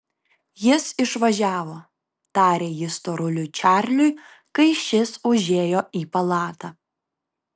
jis išvažiavo tarė ji storuliui čarliui kai šis užėjo į palatą